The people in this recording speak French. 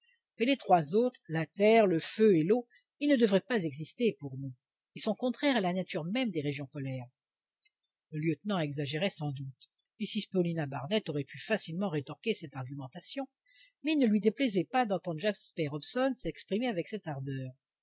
mais les trois autres la terre le feu et l'eau ils ne devraient pas exister pour nous ils sont contraires à la nature même des régions polaires le lieutenant exagérait sans doute mrs paulina barnett aurait pu facilement rétorquer cette argumentation mais il ne lui déplaisait pas d'entendre jasper hobson s'exprimer avec cette ardeur